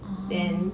orh